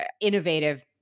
innovative